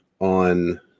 on